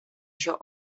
się